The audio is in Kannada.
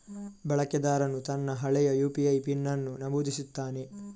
ಬಳಕೆದಾರನು ತನ್ನ ಹಳೆಯ ಯು.ಪಿ.ಐ ಪಿನ್ ಅನ್ನು ನಮೂದಿಸುತ್ತಾನೆ